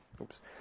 oops